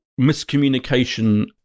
miscommunication